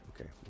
Okay